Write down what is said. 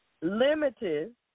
Limited